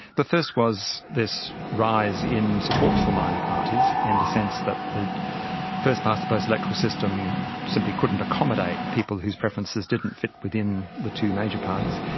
the first was this rise in support for minor parties and a sense that the first-past-the-post electoral system simply couldn't accommodate people whose preferences didn't fit within the two major parties.